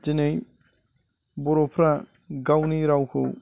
दिनै बर'फ्रा गावनि रावखौ